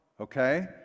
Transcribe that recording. Okay